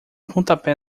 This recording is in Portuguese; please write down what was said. pontapé